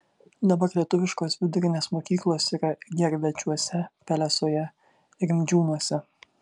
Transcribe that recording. dabar lietuviškos vidurinės mokyklos yra gervėčiuose pelesoje rimdžiūnuose